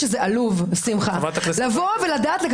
בוודאי?